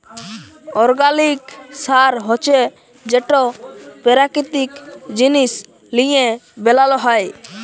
organic সার হছে যেট পেরাকিতিক জিনিস লিঁয়ে বেলাল হ্যয়